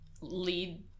lead